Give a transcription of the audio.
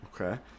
okay